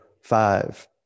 five